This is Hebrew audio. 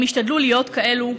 הם השתדלו להיות כאלה,